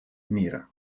мира